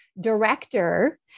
director